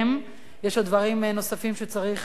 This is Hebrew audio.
יש עוד דברים נוספים שצריך להאיר.